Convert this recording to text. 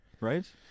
right